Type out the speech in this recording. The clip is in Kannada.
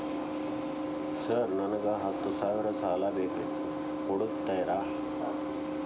ಸರ್ ನನಗ ಹತ್ತು ಸಾವಿರ ಸಾಲ ಬೇಕ್ರಿ ಕೊಡುತ್ತೇರಾ?